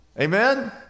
Amen